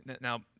Now